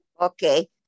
Okay